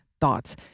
thoughts